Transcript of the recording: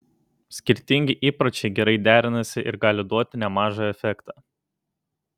skirtingi įpročiai gerai derinasi ir gali duoti nemažą efektą